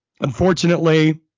unfortunately